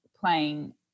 playing